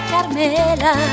Carmela